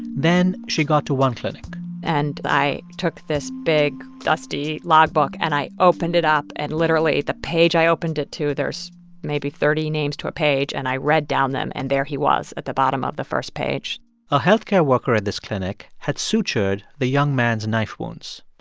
then she got to one clinic and i took this big, dusty logbook and i opened it up and literally the page i opened it to there's maybe thirty names to a page and i read down them and there he was at the bottom of the first page a health care worker at this clinic had sutured the young man's knife wounds.